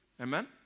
Amen